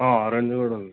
orange కూడా ఉంది